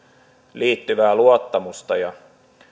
liittyvää luottamusta ja